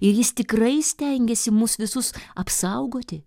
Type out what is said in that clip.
ir jis tikrai stengiasi mus visus apsaugoti